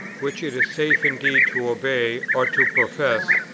which it is safe indeed to obey or to profess,